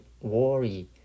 worry